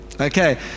Okay